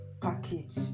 package